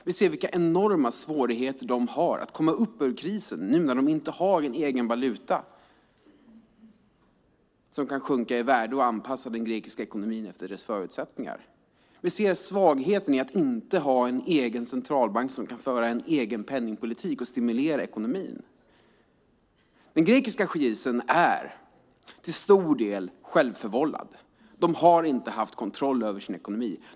Vi ser vilka enorma svårigheter de har att komma upp ur krisen nu när de inte har en egen valuta som kan sjunka i värde och anpassa den grekiska ekonomin till dess förutsättningar. Vi ser svagheten i att inte ha en egen centralbank som kan föra en egen penningpolitik och stimulera ekonomin. Den grekiska krisen är till stor del självförvållad. De har inte haft kontroll över sin ekonomi.